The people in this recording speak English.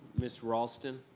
ms. raulston.